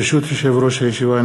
ברשות יושב-ראש הישיבה,